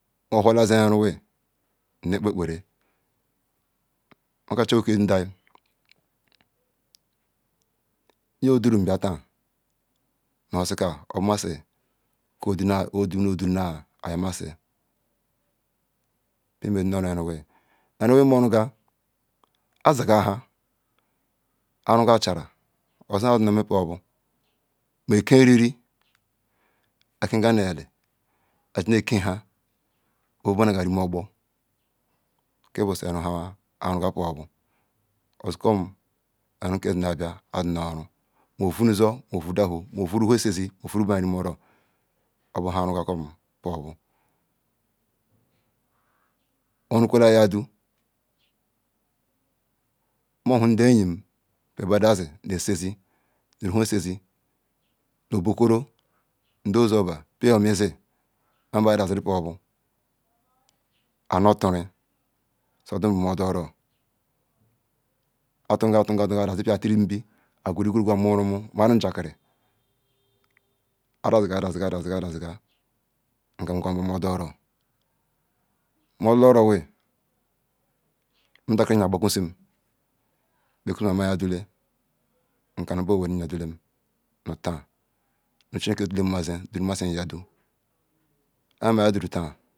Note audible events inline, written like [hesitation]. Mohola zz iru wie mmekpe ekpere maka chujiokila ndai nye duan bia ta na isie isie ka oduram yama sie nhamama noru erawi era ki moruga azarga ha anuga achora ozunha azumeme maokerin akega nu eli azu ne ke ha bo vuganuba nu remeogbor buseri nha arubobu ozu kum ura ke za ne ba a zi no oru ma ovanoso ma ovudaho ma vara ba esezi ovum ba reme oru obu nha arasakom [hesitation] moru kwela yada mohu ndeyim pubeze na eszzi nu rahaa eszze nu oborkoro nda ozu oba bea omizi manuba daziru peroba amotare dunra mo du oro atu atu a daziru tirinbi nomu rumu maru nja kwi adaagu da aga nkagwa mro du oro modala oro wi nmuntakim yar kpakwusim bekwun ma mu yadule nkana owa nu iyadalem nu ta chumke dumazie duma yada ha ma yadara ka